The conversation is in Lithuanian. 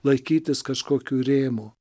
laikytis kažkokių rėmų